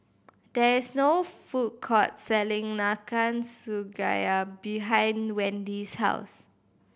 there is no food court selling Nanakusa Gayu behind Wendy's house